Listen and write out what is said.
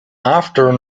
after